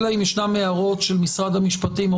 אלא אם ישנן הערות של משרד המשפטים או